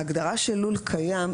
ההגדרה של לול קיים,